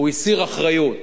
הוא הסיר אחריות.